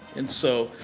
and so,